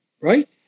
right